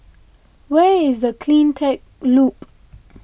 where is the CleanTech Loop